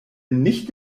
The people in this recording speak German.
nicht